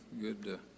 Good